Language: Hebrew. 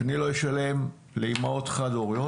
אני לא אשלם לאימהות חד-הוריות,